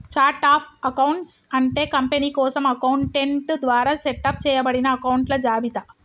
chart of accounts అంటే company కోసం accountant ద్వారా సెటప్ చేయబడిన అకొంట్ల జాబితా